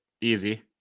easy